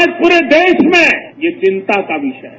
आज प्ररे देश में ये चिंता का विषय है